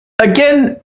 Again